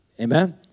Amen